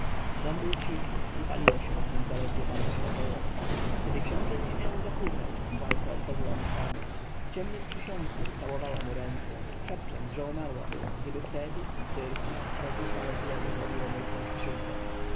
dom był cichy i paliło się w nim zaledwie parę światełek kiedy książę nieśmiało zapukał kapłanka otworzyła mu sama w ciemnym przysionku ucałowała mu ręce szepcząc że umarłaby gdyby wtedy w cyrku rozjuszone zwierzę zrobiło mu jaką krzywdę